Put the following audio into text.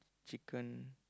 chicken